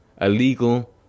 Illegal